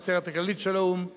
בעצרת הכללית של האו"ם,